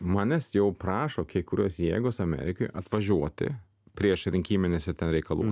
manęs jau prašo kai kurios jėgos amerikoj atvažiuoti priešrinkiminėse reikalų